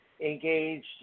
engaged